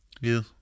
yes